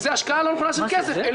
הצבעה בעד, פה אחד נגד, אין נמנעים, אין